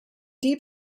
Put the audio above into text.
deep